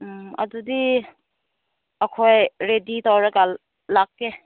ꯎꯝ ꯑꯗꯨꯗꯤ ꯑꯩꯈꯣꯏ ꯔꯦꯗꯤ ꯇꯧꯔꯒ ꯂꯥꯛꯀꯦ